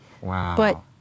Wow